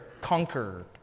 conquered